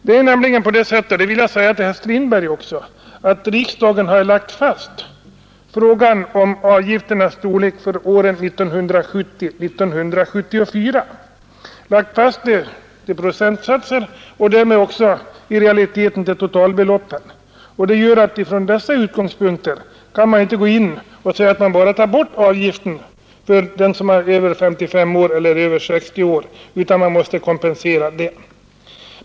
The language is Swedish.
Det är nämligen på det sättet — och det vill jag säga till herr Strindberg — att riksdagen lagt fast avgifternas storlek för åren 1970-1974 till procentsatser och därmed i realiteten också till totalbeloppen. Det gör att man från dessa utgångspunkter inte bara kan ta bort avgiften för dem som är över 55 år eller över 60 år utan att kompensera detta.